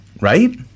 right